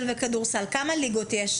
כמה ליגות יש?